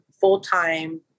full-time